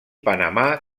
panamà